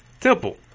Temple